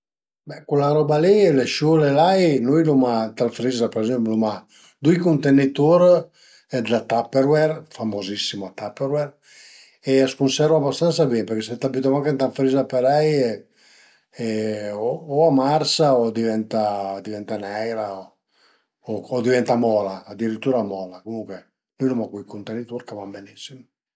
Be cula roba li, le siule e l'ai, nui l'uma ënt ël freezer, për ezempi l'uma dui cuntenitur d'la Tapperware, la famosissima Tapperware, e a s'cunservu abastansa bin përché se t'i büte mach ënt ël freezer parei o a marsa o a diventa a diventa neira o a diventa mola, adiritüra mola, comuncue nui l'uma cui cuntenitur ch'a van benissim